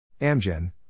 Amgen